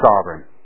sovereign